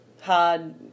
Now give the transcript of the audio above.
hard